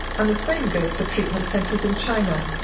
and the same goes for treatment centres in china.